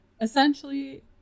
essentially